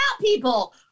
people